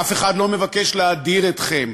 אף אחד לא מבקש להדיר אתכם.